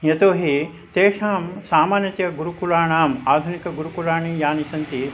यतो हि तेषां सामान्यतया गुरुकुलानाम् आधुनिकगुरुकुलानि यानि सन्ति